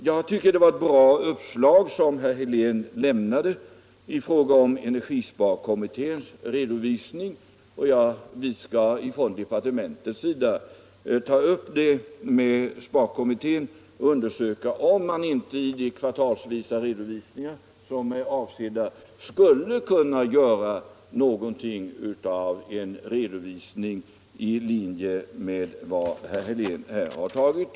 Jag tycker t.ex. att herr Heléns uppslag om en redovisning av energisparkommittén var bra. I departementet skall vi ta upp den saken med sparkommittén och undersöka om inte de planerade offentliga redovisningarna kan göras som redovisningar enligt den linje som herr Helén här har angivit.